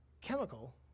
chemical